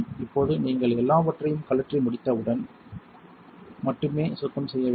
இப்போது நீங்கள் எல்லாவற்றையும் சுழற்றி முடித்தவுடன் மட்டுமே சுத்தம் செய்ய வேண்டும்